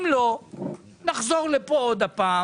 אם לא, נחזור לכאן שוב.